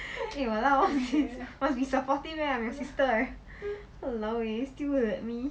eh !walao! must be supportive leh I'm your sister !walao! eh still at me